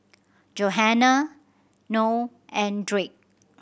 Johannah Noe and Drake